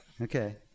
Okay